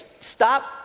stop